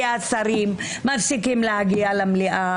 כי השרים מפסיקים להגיע למליאה,